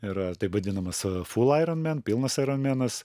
yra taip vadinamas full iron man pilnas airon menas